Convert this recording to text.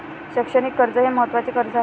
शैक्षणिक कर्ज हे महत्त्वाचे कर्ज आहे